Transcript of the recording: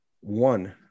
One